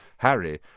Harry